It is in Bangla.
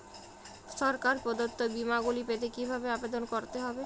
সরকার প্রদত্ত বিমা গুলি পেতে কিভাবে আবেদন করতে হবে?